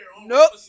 Nope